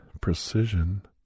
precision